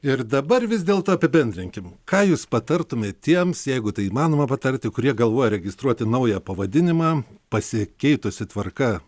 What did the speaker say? ir dabar vis dėlto apibendrinkim ką jūs patartumėt tiems jeigu tai įmanoma patarti kurie galvoja registruoti naują pavadinimą pasikeitusi tvarka